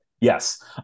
yes